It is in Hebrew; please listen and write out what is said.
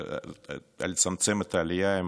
לחסום/לצמצם את העלייה,